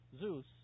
Zeus